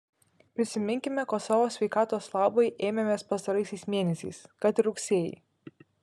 prisiminkime ko savo sveikatos labui ėmėmės pastaraisiais mėnesiais kad ir rugsėjį